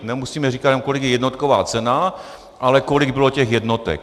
Nemusíme říkat jenom, kolik je jednotková cena, ale kolik bylo těch jednotek.